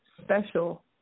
special